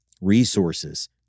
resources